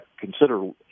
consider